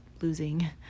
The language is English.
losing